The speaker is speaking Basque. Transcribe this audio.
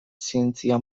zientzia